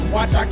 Watch